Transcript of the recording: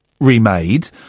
remade